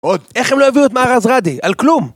עוד, איך הם לא הביאו את מהראן ראדי? על כלום!